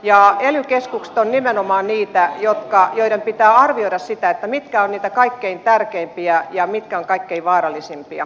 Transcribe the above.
ja ely keskukset ovat nimenomaan niitä joiden pitää arvioida sitä mitkä ovat niitä kaikkein tärkeimpiä ja mitkä kaikkein vaarallisimpia